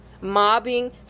mobbing